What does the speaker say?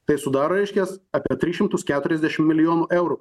tai sudaro reiškias apie tris šimtus keturiasdešimt milijonų eurų